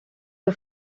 you